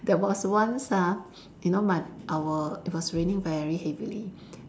there was once ah you know my our it was raining very heavily